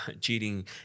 cheating